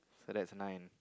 so that's nine